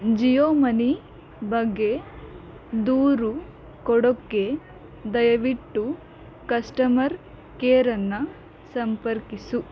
Jio money ಬಗ್ಗೆ ದೂರು ಕೊಡೋಕ್ಕೆ ದಯವಿಟ್ಟು ಕಸ್ಟಮರ್ ಕೇರನ್ನು ಸಂಪರ್ಕಿಸು